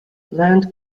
plant